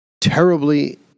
terribly